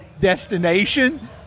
destination